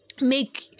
make